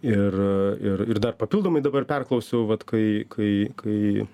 ir ir ir dar papildomai dabar perklausiau vat kai kai kai